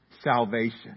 salvation